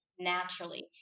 naturally